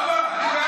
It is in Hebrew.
למה?